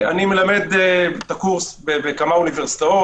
אני מלמד את הקורס בכמה אוניברסיטאות,